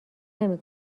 نمی